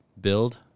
build